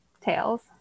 tails